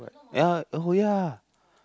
ya oh ya